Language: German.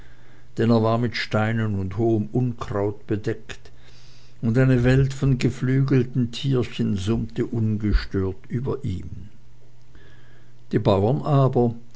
er war mit steinen und hohem unkraut bedeckt und eine welt von geflügelten tierchen summte ungestört über ihm die bauern aber